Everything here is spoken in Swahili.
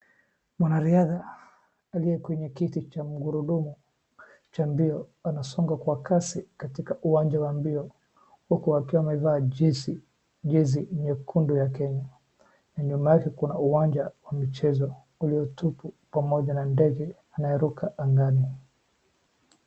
Mwanariadha aliyekwenye kiti cha mgurudumu cha mbio anasonga kwa kasi katika uwanja wa mbio huku akiwa amevaa jezi nyekundu ya Kenya na nyuma yake kuna uwanja wa michezo uliotupu pamoja na ndege anayeruka angani.